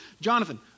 Jonathan